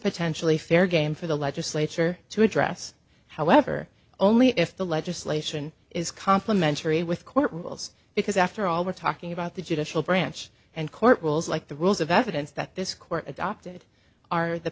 potentially fair game for the legislature to address however only if the legislation is complimentary with court rules because after all we're talking about the judicial branch and court rules like the rules of evidence that this court adopted are the